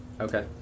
Okay